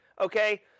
okay